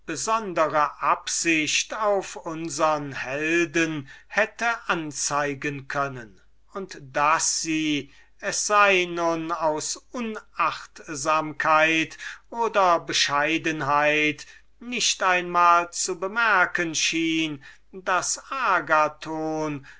besondere absicht auf unsern helden hätte anzeigen können und daß sie es sei nun aus unachtsamkeit oder bescheidenheit nicht einmal zu bemerken schien daß agathon